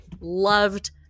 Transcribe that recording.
loved